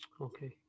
Okay